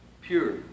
pure